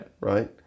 Right